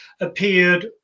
appeared